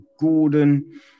Gordon